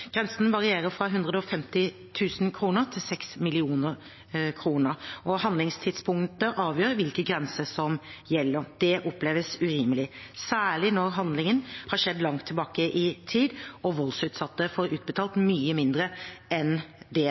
Grensen varierer fra 150 000 kr til 6 mill. kr, og handlingstidspunktet avgjør hvilken grense som gjelder. Det oppleves urimelig, særlig når handlingen har skjedd langt tilbake i tid og voldsutsatte får utbetalt mye mindre enn det